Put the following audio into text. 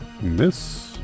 Miss